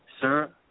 sir